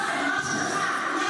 כשיהיה לך משהו יותר חכם,